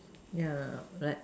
yeah right